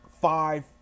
five